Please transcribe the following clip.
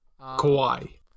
Kawhi